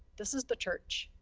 this is the church.